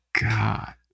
god